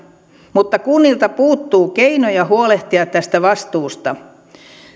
mutta kunnilta puuttuu keinoja huolehtia tästä vastuusta